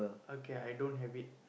okay I don't have it